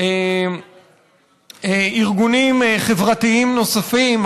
מארגונים חברתיים נוספים,